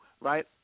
right